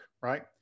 right